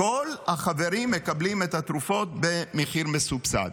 כל החברים מקבלים את התרופות במחיר מסובסד.